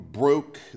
broke